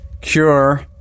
Cure